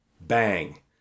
Bang